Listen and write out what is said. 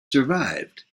survived